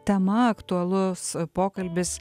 tema aktualus pokalbis